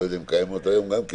אני לא יודע אם קיימות היום גם כן,